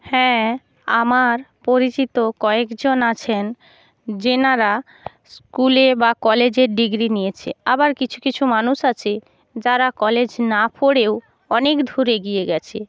হ্যাঁ আমার পরিচিত কয়েকজন আছেন যেনারা স্কুলে বা কলেজের ডিগ্রি নিয়েছে আবার কিছু কিছু মানুষ আছে যারা কলেজে না পড়েও অনেক দূর এগিয়ে গেছে